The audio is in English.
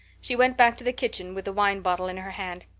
she went back to the kitchen with the wine bottle in her hand.